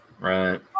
right